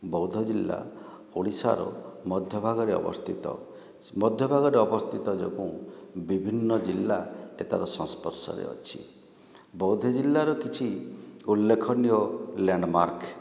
ବୌଦ୍ଧ ଜିଲ୍ଲା ଓଡ଼ିଶାର ମଧ୍ୟ ଭାଗରେ ଅବସ୍ଥିତ ମଧ୍ୟ ଭାଗରେ ଅବସ୍ଥିତ ଯୋଗୁଁ ବିଭିନ୍ନ ଜିଲ୍ଲା କେତେକ ସଂସ୍ପର୍ଶରେ ଅଛି ବୌଦ୍ଧ ଜିଲ୍ଲାର କିଛି ଉଲ୍ଲେଖନୀୟ ଲ୍ୟାଣ୍ଡମାର୍କ